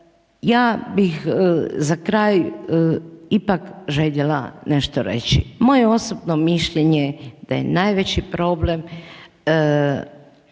Ja bih za kraj ipak željela nešto reći. Moje osobno mišljenje da je najveći problem